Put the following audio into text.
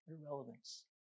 irrelevance